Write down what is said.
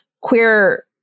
queer